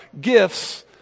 gifts